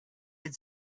had